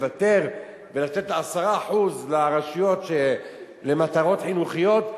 לוותר ולתת 10% לרשויות למטרות חינוכיות,